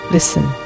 Listen